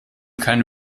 keine